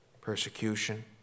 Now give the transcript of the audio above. persecution